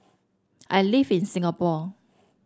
I live in Singapore